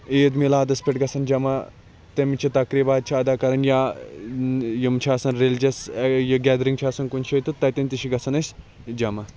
عیٖد مِلادَس پٮ۪ٹھ گَژھان جَمَع تمچہِ تَقریٖبات چھِ اَدا کَرٕنۍ یا یِم چھِ آسن ریٚلجَس یہِ گیدرِنٛگ چھِ آسان کُنہِ جٲے تہٕ تَتٮ۪ن تہِ چھِ گَژھان أسۍ جَمَع